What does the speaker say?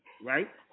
right